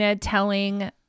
telling